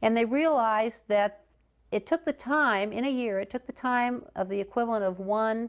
and they realized that it took the time in a year it took the time of the equivalent of one